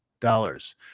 dollars